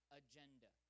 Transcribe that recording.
agenda